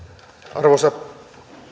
arvoisa